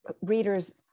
readers